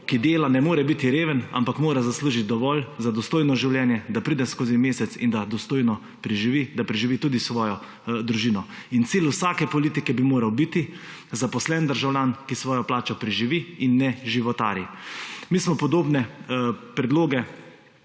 ki dela, ne more biti reven, ampak mora zaslužiti dovolj za dostojno življenje, da pride skozi mesec in da dostojno preživi, da preživi tudi svojo družino. Cilj vsake politike bi moral biti zaposlen državljan, ki s svojo plačo preživi in ne životari. Mi smo podobne predloge